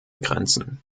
grenzen